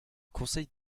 conseil